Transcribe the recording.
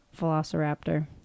velociraptor